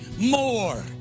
more